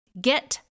get